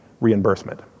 reimbursement